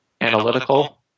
analytical